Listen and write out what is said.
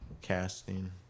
casting